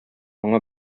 моңа